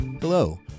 hello